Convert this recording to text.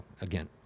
again